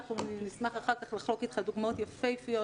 נוכל אחר-כך לחלוק אתך דוגמאות יפהפיות